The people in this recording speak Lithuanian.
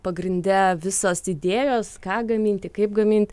pagrinde visos idėjos ką gaminti kaip gamint